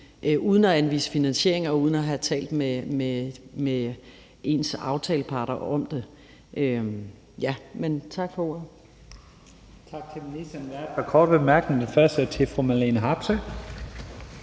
uden at anvise finansiering og uden at have talt med ens aftaleparter om det. Tak for ordet.